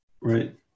Right